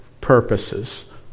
purposes